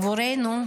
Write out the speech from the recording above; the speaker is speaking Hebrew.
עבורנו,